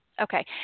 Okay